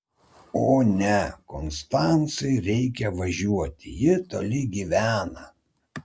o ne konstancai reikia važiuoti ji toli gyvena